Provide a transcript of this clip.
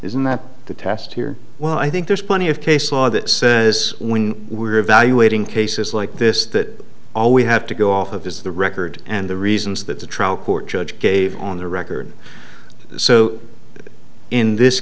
isn't that the test here well i think there's plenty of case law that says when we're evaluating cases like this that all we have to go off of is the record and the reasons that the trial court judge gave on the record so in this